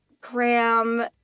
cram